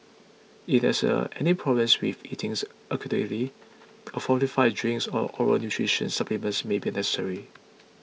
if there is any problem with eating adequately a fortified drinks or oral nutritions supplement may be necessary